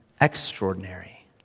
extraordinary